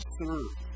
serve